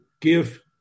give